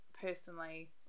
personally